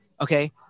Okay